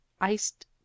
iced